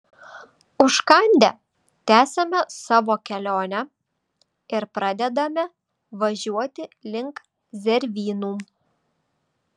užkandę tęsiame savo kelionę ir pradedame važiuoti link zervynų